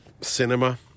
Cinema